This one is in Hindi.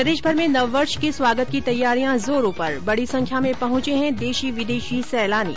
प्रदेशभर में नववर्ष के स्वागत की तैयारियां जोरो पर बड़ी संख्या में पहुंचे है देशी विदेशी सैलानी